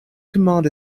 command